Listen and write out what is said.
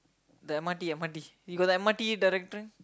the M_R_T M_R_T you got the M_R_T directory